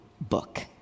book